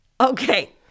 okay